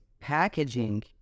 packaging